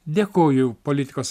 dėkoju politikos